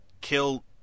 kill